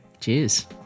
Cheers